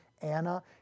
Anna